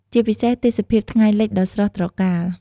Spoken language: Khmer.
ជាពិសេសទេសភាពថ្ងៃលិចដ៏ស្រស់ត្រកាល។